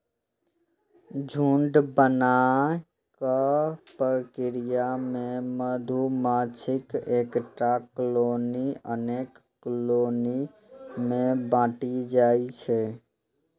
झुंड बनै के प्रक्रिया मे मधुमाछीक एकटा कॉलनी अनेक कॉलनी मे बंटि जाइ छै